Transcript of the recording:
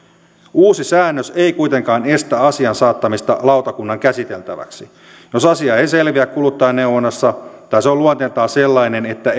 uusi säännös ei kuitenkaan estä asian saattamista lautakunnan käsiteltäväksi jos asia ei selviä kuluttajaneuvonnassa tai se on luonteeltaan sellainen että